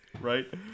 Right